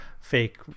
fake